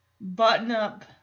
button-up